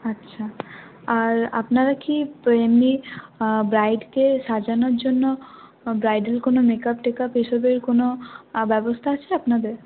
আচ্ছা আর আপনারা কি এমনি ব্রাইডকে সাজানোর জন্য ব্রাইডাল কোনও মেকাপ টেকাপ এইসবের কোনও ব্যবস্থা আছে আপনাদের